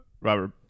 Robert